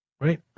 right